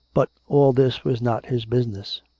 but all this? was not his business.